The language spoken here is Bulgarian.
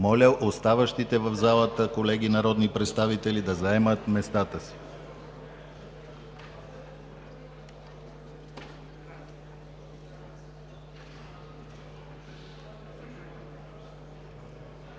Моля, оставащите в залата колеги народни представители да заемат местата си.